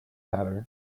hatter